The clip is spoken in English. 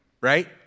right